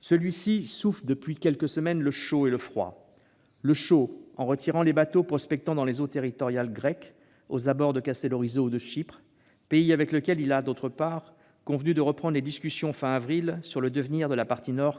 Celui-ci souffle depuis quelques semaines le chaud et le froid. Le chaud, en retirant les bateaux prospectant dans les eaux territoriales grecques aux abords de Kastellorizo ou de Chypre, pays avec lequel il est, d'autre part, convenu de reprendre les discussions fin avril sur le devenir de la partie nord,